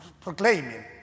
proclaiming